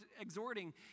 exhorting